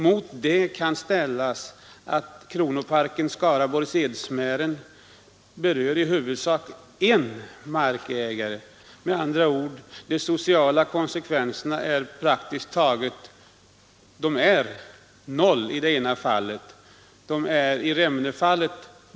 Mot det kan ställas att kronoparken Skaraborgs Edsmären berör i huvudsak en markägare. Med andra ord: de sociala konsekvenserna är noll i det sistnämnda fallet, men betydande i Remmenefallet.